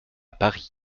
paris